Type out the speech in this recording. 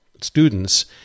students